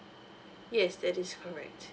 yes that is correct